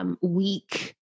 Weak